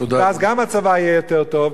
ואז גם הצבא יהיה יותר טוב,